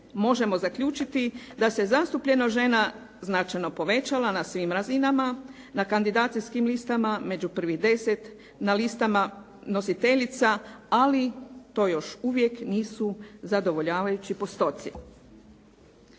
možemo zaključiti da se zastupljenost žena značajno povećala na svim razinama, na kandidacijskim listama među prvih deset, na listama nositeljica ali to još uvijek nisu zadovoljavajući postoci.